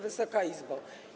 Wysoka Izbo!